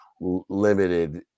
limited